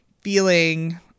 feeling